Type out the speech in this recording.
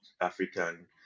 African